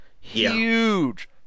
huge